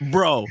Bro